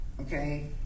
okay